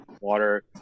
water